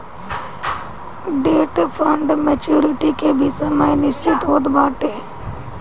debt fund maturity के भी समय निश्चित होत बाटे